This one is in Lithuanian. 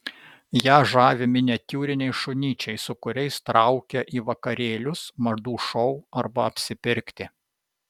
ją žavi miniatiūriniai šunyčiai su kuriais traukia į vakarėlius madų šou arba apsipirkti